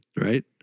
Right